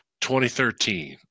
2013